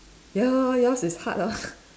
ya lor yours is hard ah